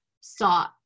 saw